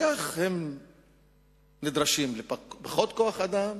כך הם נדרשים לפחות כוח-אדם,